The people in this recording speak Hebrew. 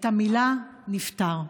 את המילה "נפטר".